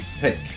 pick